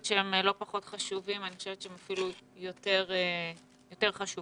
שהם לא פחות חשובים ואפילו יותר חשובים.